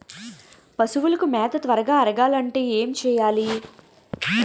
పశువులకు మేత త్వరగా అరగాలి అంటే ఏంటి చేయాలి?